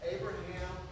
Abraham